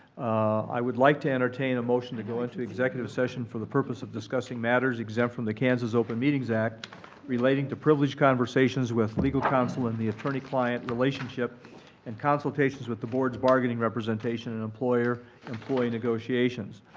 i would like to entertain a motion to go into executive session for the purpose of discussing matters exempt from the kansas open meetings act relating to privileged conversations with legal counsel and the attorney-client relationship and consultations with the board's bargaining representation and employer-employee negotiations.